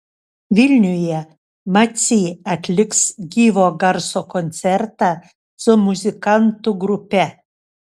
vilniuje macy atliks gyvo garso koncertą su muzikantų grupe